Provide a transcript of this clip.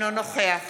נגד